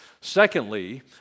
Secondly